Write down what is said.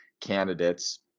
candidates